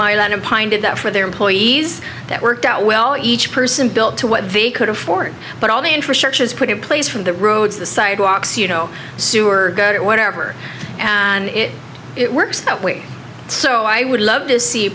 lot in pine did that for their employees that worked out well each person built to what they could afford but all the infrastructure is put in place from the roads the sidewalks you know sewer it whatever and it it works that way so i would love to see